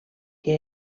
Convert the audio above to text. que